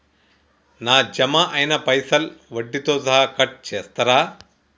నా జమ అయినా పైసల్ వడ్డీతో సహా కట్ చేస్తరా?